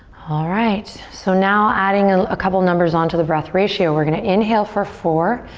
alright, so now adding and a couple numbers on to the breath ratio. we're gonna inhale for four,